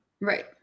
Right